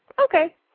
Okay